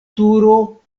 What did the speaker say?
turo